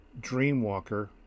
dreamwalker